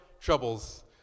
troubles